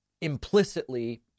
implicitly